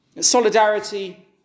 Solidarity